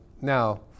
now